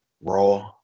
raw